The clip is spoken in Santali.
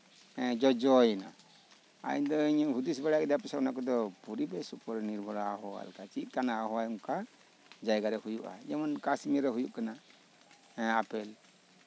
ᱦᱮᱸ ᱡᱚᱡᱚᱭᱮᱱᱟ ᱤᱧ ᱦᱩᱫᱤᱥ ᱵᱟᱲᱟᱭᱮᱫᱟ ᱚᱱᱟ ᱯᱚᱭᱥᱟ ᱠᱚᱫᱚ ᱯᱚᱨᱤᱵᱮᱥ ᱩᱯᱚᱨᱮ ᱱᱤᱨᱵᱷᱚᱨᱟ ᱪᱮᱫ ᱞᱮᱠᱟᱱᱟ ᱚᱱᱠᱟ ᱡᱟᱭᱜᱟᱨᱮ ᱦᱩᱭᱩᱜᱼᱟ ᱡᱮᱢᱚᱱ ᱠᱟᱥᱢᱤᱨ ᱨᱮ ᱦᱩᱭᱩᱜ ᱠᱟᱱᱟ ᱦᱮᱸ ᱟᱯᱮᱞ